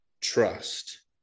trust